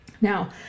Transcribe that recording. Now